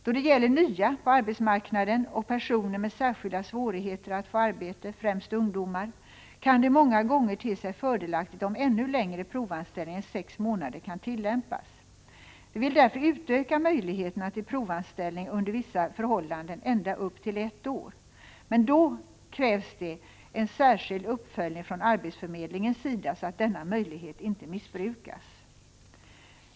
Då det gäller nya på arbetsmarknaden och personer med särskilda svårigheter att få arbete, främst ungdomar, kan det många gånger te sig fördelaktigt om ännu längre provanställning än sex månader kan tillämpas. Vi vill därför utöka möjligheterna till provanställning, under vissa förhållanden ända upp till ett år. Då krävs det emellertid en särskild uppföljning från arbetsförmedlingens sida, så att denna möjlighet inte missbrukas.